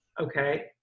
Okay